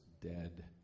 dead